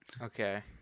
Okay